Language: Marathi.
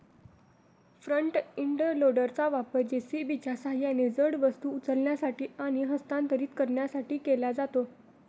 फ्रंट इंड लोडरचा वापर जे.सी.बीच्या सहाय्याने जड वस्तू उचलण्यासाठी आणि हस्तांतरित करण्यासाठी केला जातो